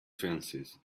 fences